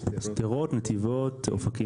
שדרות, נתיבות ואופקים.